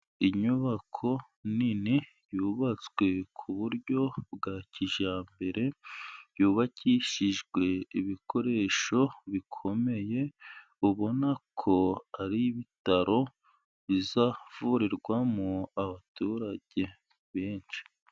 Inyubako nini, yubatswe ku buryo bwa kijyambere, yubakishijwe ibikoresho bikomeye, ubona ko aribitaro bizavurirwamo abaturage benshi.